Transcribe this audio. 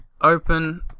Open